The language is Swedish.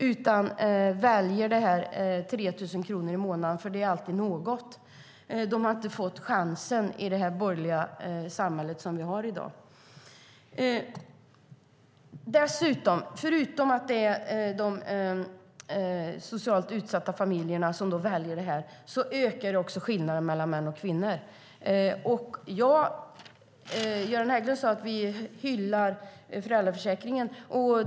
De väljer i stället 3 000 kronor i månaden, för det är alltid något. De har inte fått chansen i det borgerliga samhälle vi har i dag. Förutom att det är de socialt utsatta familjerna som väljer det här ökar dessutom skillnaderna mellan män och kvinnor. Göran Hägglund sade att vi hyllar föräldraförsäkringen.